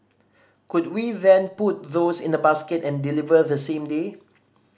could we then put those in a basket and deliver the same day